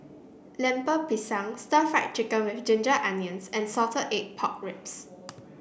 Lemper Pisang stir Fry Chicken with Ginger Onions and Salted Egg Pork Ribs